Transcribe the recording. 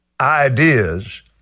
ideas